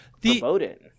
promoted